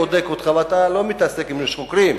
בודק אותך ואתה לא מתעסק אם יש חוקרים,